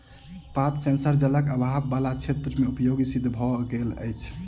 पात सेंसर जलक आभाव बला क्षेत्र मे उपयोगी सिद्ध भेल अछि